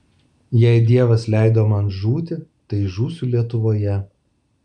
jei dievas leido man žūti tai žūsiu lietuvoje